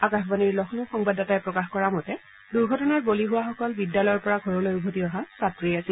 আকাশবাণীৰ লক্ষ্ণৌ সংবাদদাতাই প্ৰকাশ কৰা মতে দুৰ্ঘটনাৰ বলি হোৱাসকল বিদ্যালয়ৰ পৰা ঘৰলৈ উভতি অহা ছাত্ৰী আছিল